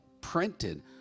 printed